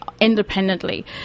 independently